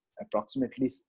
approximately